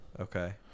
Okay